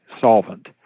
solvent